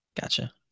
Gotcha